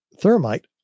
thermite